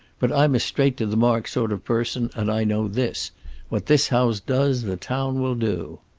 but i'm a straight-to-the-mark sort of person, and i know this what this house does the town will do.